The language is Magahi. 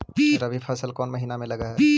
रबी फसल कोन महिना में लग है?